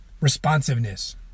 responsiveness